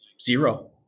zero